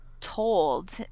told